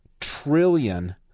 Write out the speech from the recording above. trillion